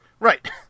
Right